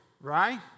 right